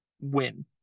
win